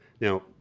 Now